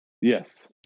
Yes